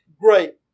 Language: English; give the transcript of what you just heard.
great